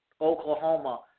Oklahoma